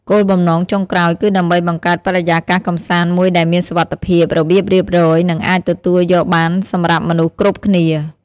គោលបំណងចុងក្រោយគឺដើម្បីបង្កើតបរិយាកាសកម្សាន្តមួយដែលមានសុវត្ថិភាព របៀបរៀបរយ និងអាចទទួលយកបានសម្រាប់មនុស្សគ្រប់គ្នា។